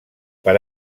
per